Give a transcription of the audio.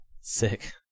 Sick